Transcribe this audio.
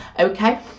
okay